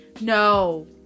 No